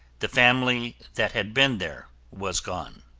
the family that had been there was gone.